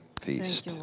feast